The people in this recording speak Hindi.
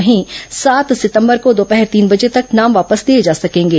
वहीं सात सितंबर को दोपहर तीन बजे तक नाम वापस लिए जा सकेंगे